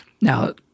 Now